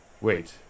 wait